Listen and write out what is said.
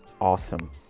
Awesome